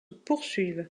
poursuivent